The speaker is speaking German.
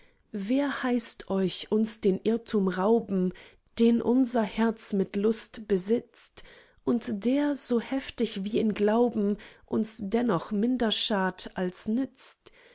wer heißt euch uns den irrtum rauben den unser herz mit lust besitzt und der so heftig wir ihn glauben uns dennoch minder schadt als nützt